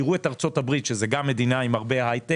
תראו את ארצות-הברית, שזו גם מדינה עם הרבה הייטק,